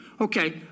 Okay